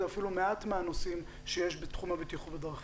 זה אפילו מעט מהנושאים שיש בתחום הבטיחות בדרכים.